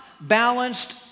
balanced